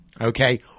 okay